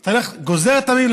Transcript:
אתה גוזר את המעיל,